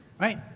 right